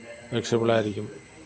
ഫ്ലെക്സിബിളായിരിക്കും